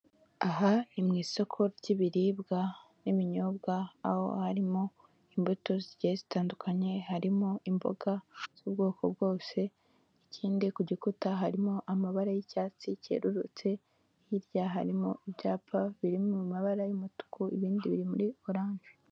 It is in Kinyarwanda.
Aha ni mu isoko ry'ibiribwa n'ibinyobwa, aho harimo imbuto zigiye zitandukanye, harimo imboga z'ubwoko bwose, ikindi ku gikuta harimo amabara y'icyatsi cyerurutse, hirya harimo ibyapa biri mu mabara y'umutuku, ibindi biri muri orange.